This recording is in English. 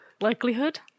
likelihood